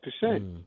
percent